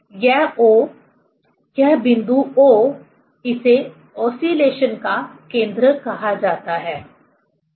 यह O यह बिंदु O इसे ओसीलेशन का केंद्र कहा जाता है ठीक है